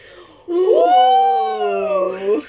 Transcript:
!whoa!